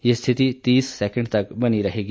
यह स्थिति तीस सेकेंड तक बनी रहेगी